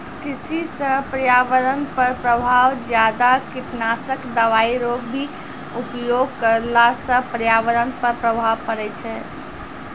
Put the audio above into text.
कृषि से पर्यावरण पर प्रभाव ज्यादा कीटनाशक दवाई रो भी उपयोग करला से पर्यावरण पर प्रभाव पड़ै छै